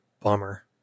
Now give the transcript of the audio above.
Bummer